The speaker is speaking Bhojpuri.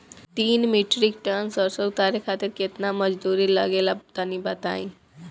तीन मीट्रिक टन सरसो उतारे खातिर केतना मजदूरी लगे ला तनि बताई?